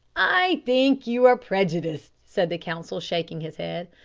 i think you are prejudiced, said the counsel, shaking his head.